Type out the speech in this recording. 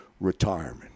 retirement